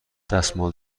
دستمال